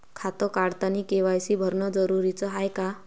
खातं काढतानी के.वाय.सी भरनं जरुरीच हाय का?